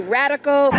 radical